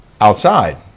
outside